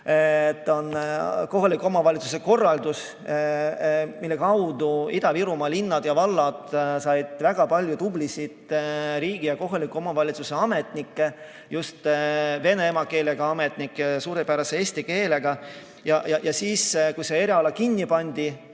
See on kohaliku omavalitsuse korraldus. Selle kaudu said Ida‑Virumaa linnad ja vallad väga palju tublisid riigi- ja kohaliku omavalitsuse ametnikke, just vene emakeelega ametnikke, kellel on suurepärane eesti keel. Siis, kui see eriala kinni pandi,